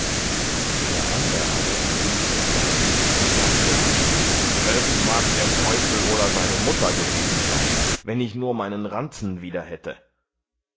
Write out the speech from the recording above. der ander aber gehub sich gar übel und sagte es mag der teufel oder seine mutter gewesen sein wann ich nur meinen ranzen wieder